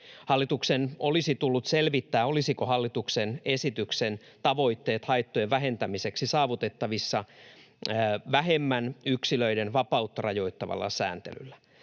Hallituksen olisi tullut selvittää, olisiko hallituksen esityksen tavoitteet haittojen vähentämiseksi saavutettavissa vähemmän yksilöiden vapautta rajoittavalla sääntelyllä.